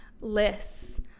lists